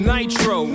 Nitro